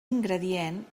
ingredient